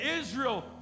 Israel